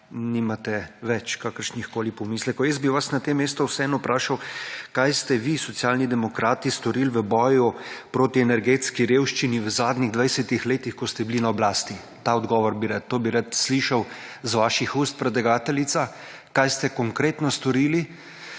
nimate več kakršnihkoli pomislekov. Jaz bi vas na tem mestu vseeno vprašal, kaj ste vi, Socialni demokrati, storili v boju proti energetski revščini v zadnjih dvajsetih letih, ko ste bili na oblasti. Ta odgovor bi rad. To bi rad slišal iz vaših ust, predlagateljica. Kaj ste konkretno storili?